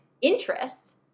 interest